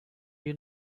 you